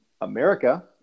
America